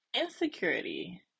Insecurity